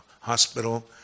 hospital